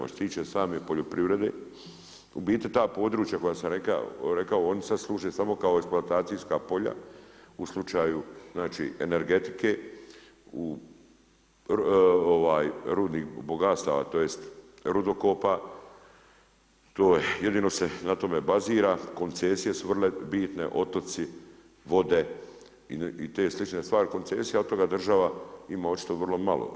Što se tiče same poljoprivrede, u biti ta područja koja sam rekao oni sada služe samo kao eksploatacijska polja u slučaju energetike, rudnih bogatstava tj. rudokopa jedino se na tome bazira, koncesije su vrlo bitne, otoci, vode i te slične stvari koncesija, a od toga država ima očito vrlo malo.